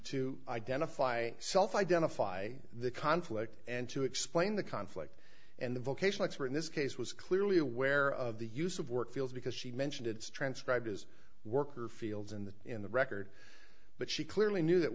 to identify self identify the conflict and to explain the conflict and the vocational expert in this case was clearly aware of the use of work fields because she mentioned it's transcribed as worker fields in the in the record but she clearly knew that